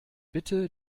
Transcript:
bitte